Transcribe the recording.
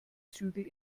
zügel